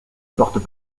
portent